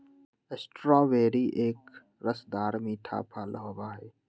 strawberry एक रसदार मीठा फल होबा हई